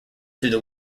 through